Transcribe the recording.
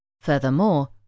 Furthermore